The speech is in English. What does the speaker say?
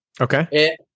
Okay